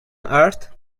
earth